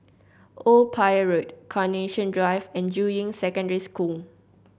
Old Pier Road Carnation Drive and Juying Secondary School